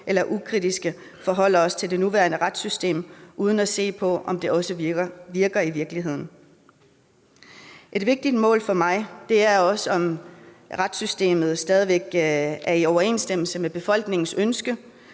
eller ukritisk forholder os til det nuværende retssystem uden at se på, om det nu også virker i virkeligheden. Et vigtigt mål for mig er også at se på, om retssystemet stadig væk er i overensstemmelse med befolkningens ønske,